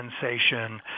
sensation